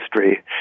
history